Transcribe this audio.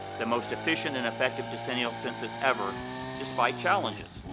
the most efficient and effective decennial census ever despite challenges.